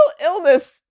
illness